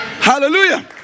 hallelujah